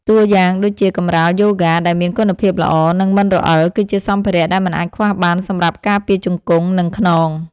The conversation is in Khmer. តួយ៉ាងដូចជា កម្រាលយូហ្គា ដែលមានគុណភាពល្អ និងមិនរអិល គឺជាសម្ភារៈដែលមិនអាចខ្វះបានសម្រាប់ការពារជង្គង់ និងខ្នង។